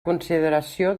consideració